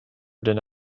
deny